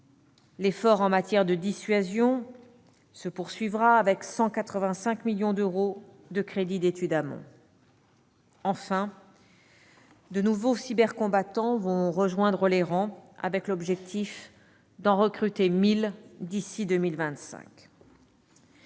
L'effort en matière de dissuasion se poursuivra, avec 185 millions d'euros de crédits d'études amont. Et de nouveaux cybercombattants vont rejoindre les rangs ; l'objectif est d'en recruter 1 000 d'ici à 2025.